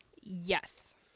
Yes